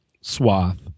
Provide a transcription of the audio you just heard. swath